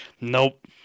nope